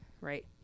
Right